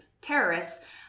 terrorists